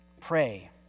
pray